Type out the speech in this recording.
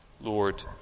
Lord